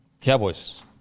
Cowboys